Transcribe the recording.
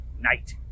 night